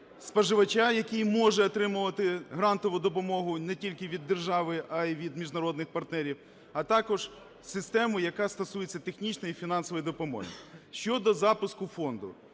споживача, який може отримувати грантову допомогу не тільки від держави, а і від міжнародних партнерів, а також систему, яка стосується технічної і фінансової допомоги. Щодо запуску Фонду.